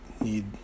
need